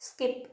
skip